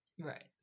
Right